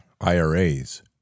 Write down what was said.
IRAs